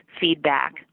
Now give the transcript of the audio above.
feedback